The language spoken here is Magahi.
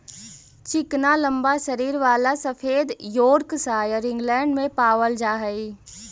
चिकना लम्बा शरीर वाला सफेद योर्कशायर इंग्लैण्ड में पावल जा हई